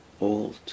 old